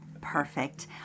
Perfect